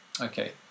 Okay